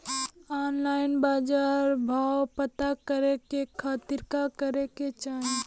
Online बाजार भाव पता करे के खाती का करे के चाही?